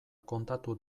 kontatu